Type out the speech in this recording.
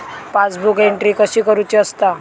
Passbook entry कशी करुची असता?